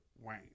wayne